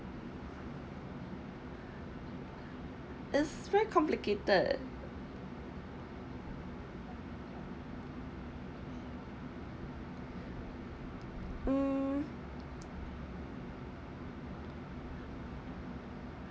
it's very complicated mm